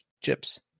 chips